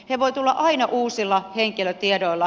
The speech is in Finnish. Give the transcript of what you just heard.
he voivat tulla aina uusilla henkilötiedoilla